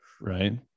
Right